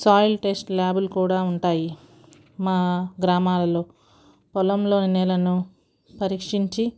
soil test ల్యాబులు కూడా ఉంటాయి మా గ్రామాలలో పొలంలోని నేలను పరీక్షించి